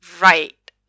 Right